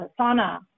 sauna